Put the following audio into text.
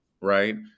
Right